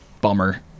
bummer